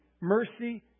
mercy